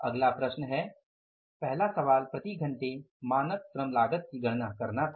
अगला प्रश्न है पहला सवाल प्रति घंटे मानक श्रम लागत की गणना करना था